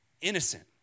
innocent